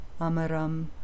Amaram